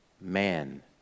man